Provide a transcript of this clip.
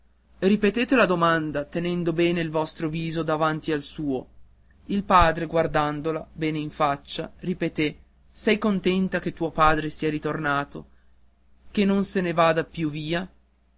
ripetete la domanda tenendo bene il vostro viso davanti al suo il padre guardandola bene in faccia ripeté sei contenta che tuo padre sia ritornato che non se ne vada più via